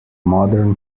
modern